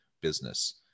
Business